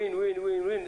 win-win-win-win,